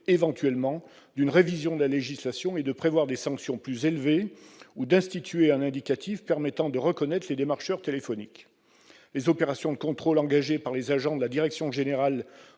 éventuellement, d'une révision de la législation et de prévoir des sanctions plus élevées ou d'instituer un indicatif permettant de reconnaître les démarcheurs téléphoniques. Les opérations de contrôle engagées par les agents de la Direction générale